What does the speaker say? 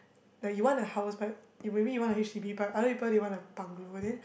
like you want a house but you maybe you want a H_D_B but other people they want a bungalow then